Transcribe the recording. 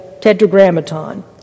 tetragrammaton